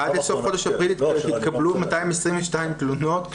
עד לסוף חודש אפריל התקבלו 222 תלונות,